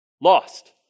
lost